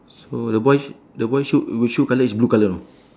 so the boy sh~ the boy shoe your shoe colour is blue colour ah